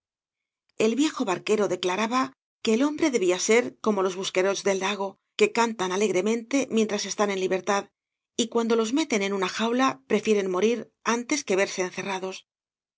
el viejo barquero declaraba que el hombre debía ser como los buxquerdts del lago que cantan alegremente mientras están en libertad y cuando los meten en una jaula prefieren morir antes que verse encerrados todas